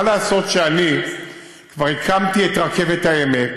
מה לעשות שאני כבר הקמתי את רכבת העמק,